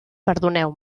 perdoneu